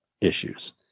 issues